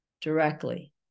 directly